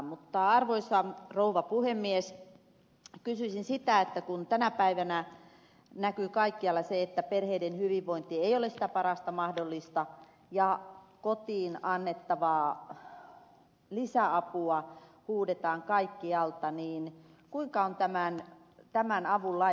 mutta arvoisa rouva puhemies kysyisin sitä kun tänä päivänä näkyy kaikkialla se että perheiden hyvinvointi ei ole sitä parasta mahdollista ja kotiin annettavaa lisäapua huudetaan kaikkialta kuinka on tämän avun laita